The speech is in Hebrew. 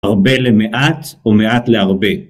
הרבה למעט או מעט להרבה